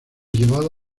llevado